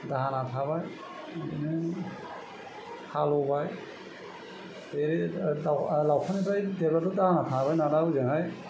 दाहोना थाबाय बिदिनो हालेवबाय एरै लावखारनिफ्राय देरबाथ' दाहोना थाबाय नालाय ओजोंहाय